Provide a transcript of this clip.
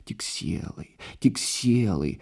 tik sielai tik sielai